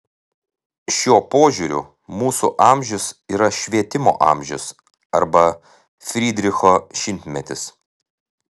šiuo požiūriu mūsų amžius yra švietimo amžius arba frydricho šimtmetis